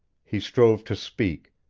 he strove to speak,